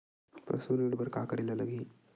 पशु ऋण बर का करे ला लगही?